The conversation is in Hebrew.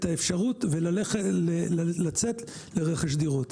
את האפשרות ולצאת לרכש דירות.